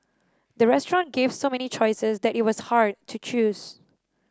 the restaurant gave so many choices that it was hard to choose